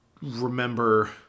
remember